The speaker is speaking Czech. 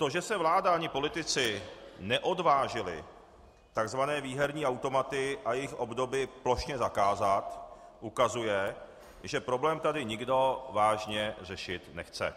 To, že se vláda ani politici neodvážili takzvané výherní automaty a jejich obdoby plošně zakázat, ukazuje, že problém tady nikdo vážně řešit nechce.